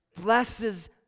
Blesses